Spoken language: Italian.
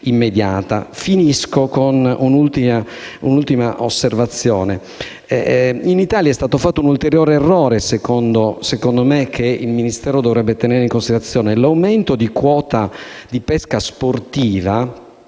Concludo con un'ultima osservazione. In Italia è stato fatto un ulteriore errore, a mio avviso, che il Ministero dovrebbe tenere in considerazione. L'aumento di quota di pesca sportiva